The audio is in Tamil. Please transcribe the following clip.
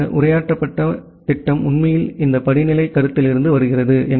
எனவே இந்த உரையாற்றப்பட்ட திட்டம் உண்மையில் இந்த படிநிலை கருத்திலிருந்து வருகிறது